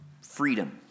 freedom